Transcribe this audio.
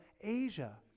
Asia